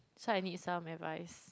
so I need some advice